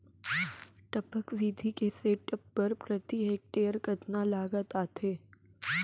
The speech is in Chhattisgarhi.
टपक विधि के सेटअप बर प्रति हेक्टेयर कतना लागत आथे?